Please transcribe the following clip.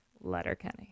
Letterkenny